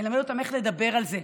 ללמד אותם איך לדבר על זה,